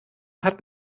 hat